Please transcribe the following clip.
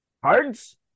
Cards